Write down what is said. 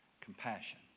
Compassion